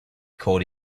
called